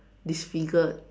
disfigured